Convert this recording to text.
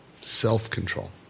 Self-control